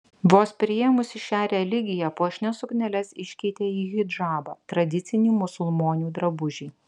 vos priėmusi šią religiją puošnias sukneles iškeitė į hidžabą tradicinį musulmonių drabužį